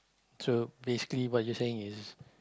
so basically what you're saying is